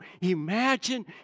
Imagine